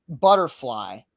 butterfly